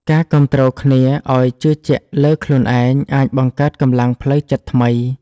ការគាំទ្រគ្នាឲ្យជឿជាក់លើខ្លួនឯងអាចបង្កើតកម្លាំងផ្លូវចិត្តថ្មី។